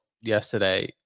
yesterday